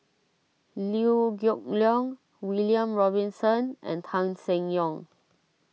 Liew Geok Leong William Robinson and Tan Seng Yong